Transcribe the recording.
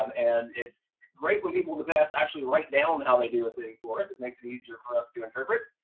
um and it's great when people in the past actually write down how they do a thing for us, it makes it easier for us to interpret,